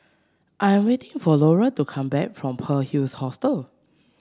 I am waiting for Lola to come back from Pearl's Hill Hostel